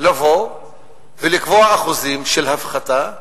לבוא ולקבוע אחוזים של הפחתה,